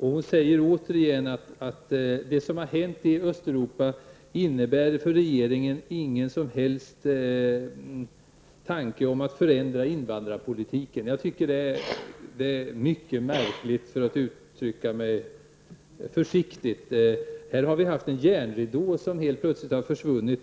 jag mot att hon återigen säger att det som har hänt i Östeuropa inte givit regeringen någon som helst anledning att förändra invandrarpolitiken. Jag tycker att det är mycket märkligt, för att uttrycka det försiktigt. Här har vi haft en järnridå alldeles inpå oss, som nu helt plötsligt har försvunnit.